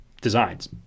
designs